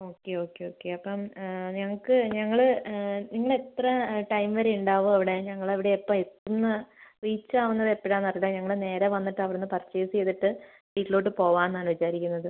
okay okay okay അപ്പം ഞങ്ങൾക്ക് ഞങ്ങൾ ഇന്ന് എത്ര ടൈം വരെ ഉണ്ടാവും അവിടെ ഞങ്ങൾ അവിടെ എപ്പം എത്തിന്ന് റീച്ച് ആവുന്നത് എപ്പോഴാന്ന് ഞങ്ങൾ നേരെ വന്നിട്ട് അവിടന്ന് പർച്ചേസ് ചെയ്തിട്ട് വീട്ടിലോട്ട് പോവാമെന്നാണ് വിചാരിക്കുന്നത്